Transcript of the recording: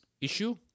issue